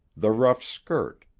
the rough skirt,